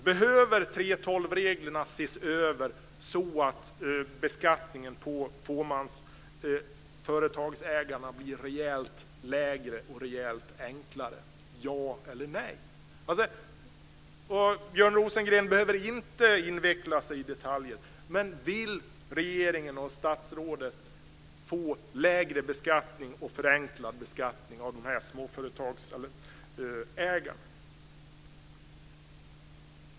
Behöver 3:12-reglerna ses över så att beskattningen på småföretagsägarna blir rejält lägre och rejält enklare - ja eller nej? Björn Rosengren behöver inte inveckla sig i detaljer, men vill regeringen och statsrådet få lägre och förenklad beskattning av småföretagsägarna?